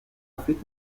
afurika